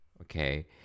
okay